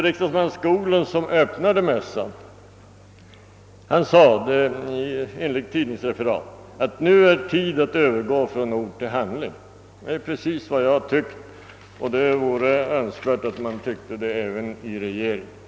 Riksdagsman Skoglund, som öppnade mässan, sade också enligt tidningsreferaten: »Nu är det tid att övergå från ord till handling.» Det är precis vad jag tycker, och det vore önskvärt att man ansåg detta även inom regeringen.